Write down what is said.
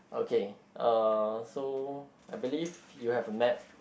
okay uh so I believe you have a map